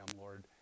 Lord